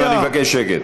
אני מבקש שקט.